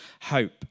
hope